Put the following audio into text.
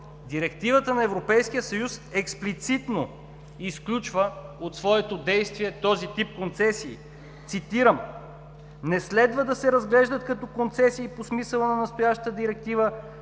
Директивата на Европейския съюз експлицитно изключва от своето действие този тип концесии. Цитирам: „Не следва да се разглеждат като концесии по смисъла на настоящата Директива